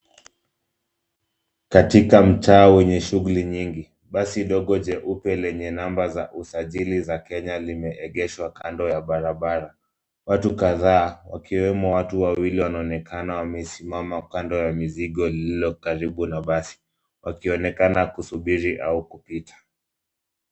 Katika mtaa wenye shughuli nyingi, basi dogo jeupe lenye namba za usajili za Kenya limeegeshwa kando ya barabara. Watu kadhaa wakiwemo watu wawili wanaonekana wamesimama kando ya mizigo lililo karibu na basi wakionekana kusubiri au kupita.